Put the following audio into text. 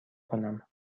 کنم